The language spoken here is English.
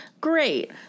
Great